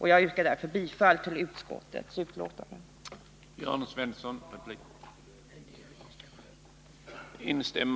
Jag yrkar därför bifall till utskottets hemställan. Onsdagen den